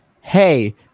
Hey